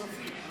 תודה.